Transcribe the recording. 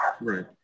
Right